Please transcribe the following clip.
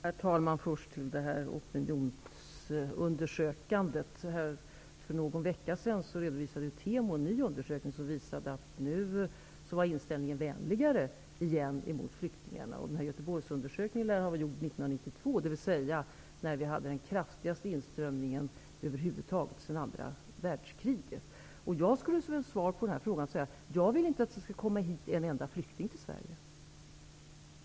Herr talman! Jag vill först nämna opinionsundersökandet. För någon vecka sedan redovisade TEMO en ny undersökning som visade att inställningen nu är vänligare mot flyktingarna igen. Göteborgsundersökningen lär vara gjord 1992, då vi hade den kraftigaste inströmningen av flyktingar över huvud taget sedan andra världskriget. Som svar på frågan vill jag säga att jag inte vill att det skall komma en enda flykting till Sverige.